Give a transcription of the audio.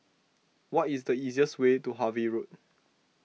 what is the easiest way to Harvey Road